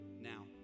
now